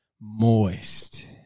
moist